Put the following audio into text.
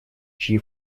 чьи